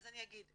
אז אני אגיד,